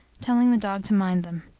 telling the dog to mind them.